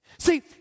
See